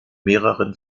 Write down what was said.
mehreren